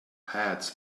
heads